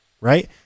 Right